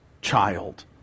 child